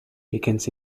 begins